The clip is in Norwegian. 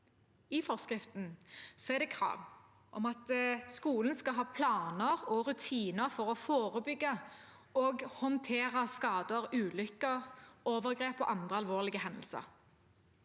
I forskriften er det krav om at skolen skal ha planer og rutiner for å forebygge og håndtere skader, ulykker, overgrep og andre alvorlige hendelser.